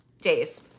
days